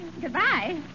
Goodbye